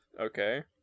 Okay